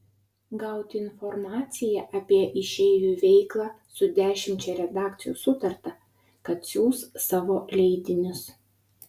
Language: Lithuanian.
gauti informaciją apie išeivių veiklą su dešimčia redakcijų sutarta kad siųs savo leidinius